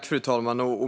Fru talman!